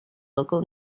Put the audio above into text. local